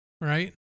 right